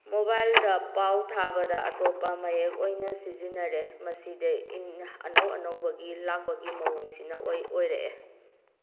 ꯃꯣꯕꯥꯏꯜꯗ ꯄꯥꯎ ꯊꯥꯕꯗ ꯑꯇꯣꯞꯄ ꯃꯌꯦꯛ ꯑꯣꯏꯅ ꯁꯤꯖꯤꯟꯅꯔꯦ ꯃꯁꯤꯗ ꯑꯅꯧ ꯑꯅꯧꯕꯒꯤ ꯂꯥꯛꯄꯒꯤ ꯃꯑꯣꯡꯁꯤꯅ ꯑꯣꯏꯔꯛꯑꯦ